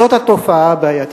זאת התופעה הבעייתית.